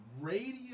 Radio